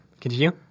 continue